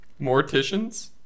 Morticians